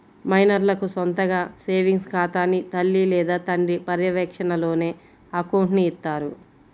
మైనర్లకు సొంతగా సేవింగ్స్ ఖాతాని తల్లి లేదా తండ్రి పర్యవేక్షణలోనే అకౌంట్ని ఇత్తారు